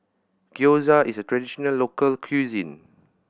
Gyoza is a traditional local cuisine